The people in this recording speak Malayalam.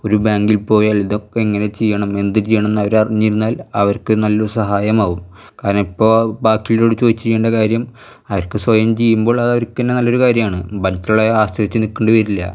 ഒരു ബാങ്കില് പോയാല് ഇതൊക്കെ എങ്ങനെ ചെയ്യണം എന്ത് ചെയ്യണം എന്ന് അവർ അറിഞ്ഞിരുന്നാല് അവര്ക്ക് നല്ലൊരു സഹായമാവും കാരണം ഇപ്പോൾ ബാക്കിയുള്ളവരോട് ചോദിച്ച് ചെയ്യേണ്ട കാര്യം അവർക്ക് സ്വയം ചെയ്യുമ്പോള് അതവര്ക്കന്നെ നല്ലൊരു കാര്യമാണ് മറ്റുള്ളവരെ ആശ്രയിച്ച് നിൽക്കേണ്ടി വരില്ല